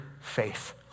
faith